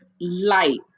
light